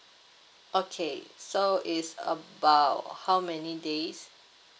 okay so is about how many days